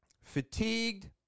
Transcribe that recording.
fatigued